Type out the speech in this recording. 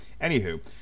Anywho